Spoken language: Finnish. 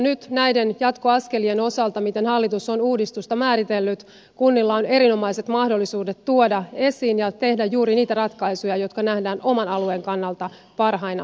nyt näiden jatkoaskelien osalta miten hallitus on uudistusta määritellyt kunnilla on erinomaiset mahdollisuudet tuoda esiin ja tehdä juuri niitä ratkaisuja jotka nähdään oman alueen kannalta parhaina